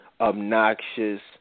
obnoxious